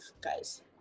guys